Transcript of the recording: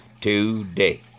today